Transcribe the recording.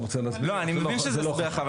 אני מבין שזה הסבר אחר,